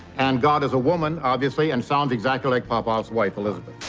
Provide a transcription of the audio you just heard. and god is a woman, obviously, and sounds exactly like popoff's wife, elizabeth.